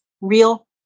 real